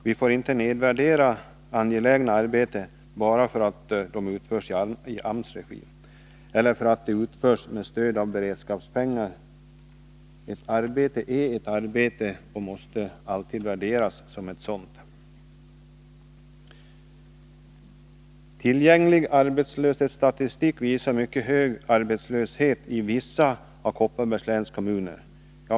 Vi får inte nedvärdera angelägna arbeten bara därför att dessa utförs i AMS regi eller därför att de utförs med stöd av beredskapspengar. Ett arbete är ett arbete och måste alltid värderas som ett sådant. Tillgänglig arbetslöshetsstatistik visar mycket hög arbetslöshet i vissa av Kopparbergs läns kommuner.